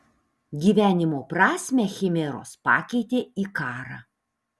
gyvenimo prasmę chimeros pakeitė į karą